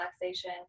relaxation